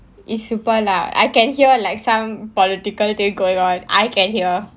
it's super loud I can hear like some political thing going on I can hear